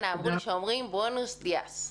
buenos dias.